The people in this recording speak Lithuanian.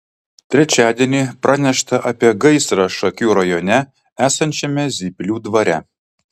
trečiadienį pranešta apie gaisrą šakių rajone esančiame zyplių dvare